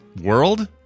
World